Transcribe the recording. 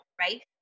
right